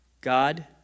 God